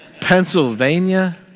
Pennsylvania